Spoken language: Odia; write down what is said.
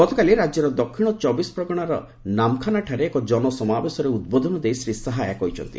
ଗତକାଲି ରାଜ୍ୟର ଦକ୍ଷିଣ ଚ ଚବିଶ ପ୍ରଗଣାର ନାମ୍ଖାନାଠାରେ ଏକ ଜନସମାବେଶରେ ଉଦ୍ବୋଧନ ଦେଇ ଶ୍ରୀ ଶାହା ଏହା କହିଛନ୍ତି